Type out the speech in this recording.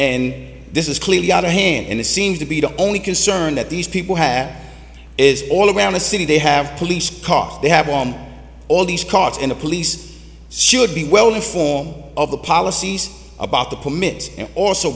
and this is clearly out of hand in the seems to be the only concern that these people had is all around the city they have police cars they have on all these cars in the police should be well in form of the policies about the permit and also